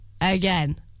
again